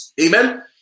amen